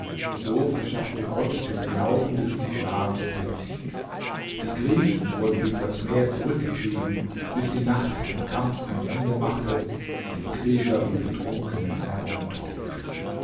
so verschaffte gott dem glauben des islams den sieg die griechen wurden gegen das meer zurückgetrieben bis die nacht dem kampf ein ende machte und die krieger wie betrunkene